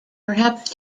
perhaps